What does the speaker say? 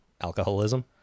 alcoholism